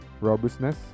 robustness